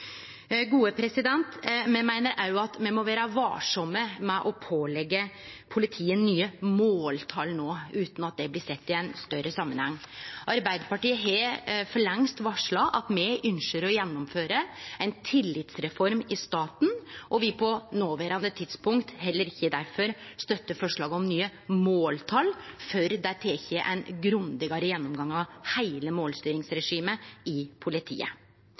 Me meiner òg at me må vere varsame med å påleggje politiet nye måltal no, utan at det blir sett i ein større samanheng. Arbeidarpartiet har for lengst varsla at me ynskjer å gjennomføre ei tillitsreform i staten, og me vil på noverande tidspunkt difor heller ikkje støtte forslaget om nye måltal før det er gjort ein grundigare gjennomgang av heile målstyringsregimet i politiet.